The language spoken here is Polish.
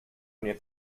mnie